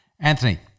Anthony